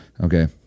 Okay